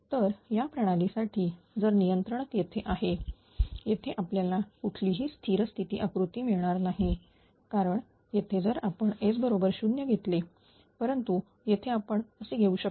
तर या प्रणालीसाठी जर नियंत्रण येथे आहे येथे आपल्याला कुठलीही स्थिर स्थिती आकृती मिळणार नाही कारण येथे जर आपण S बरोबर 0 घेतले परंतु येथे आपण असे घेऊ शकत नाही